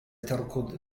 تركض